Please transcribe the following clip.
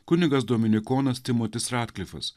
kunigas dominikonas timotis radklifas